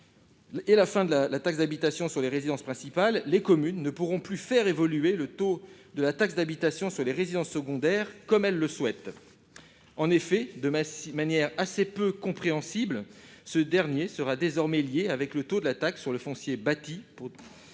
de la fin de la taxe d'habitation sur les résidences principales, les communes ne pourront plus faire évoluer le taux de la taxe d'habitation sur les résidences secondaires comme elles le souhaitent. En effet, de manière assez peu compréhensible, ce dernier sera lié désormais au taux de la taxe sur le foncier bâti.